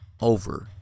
over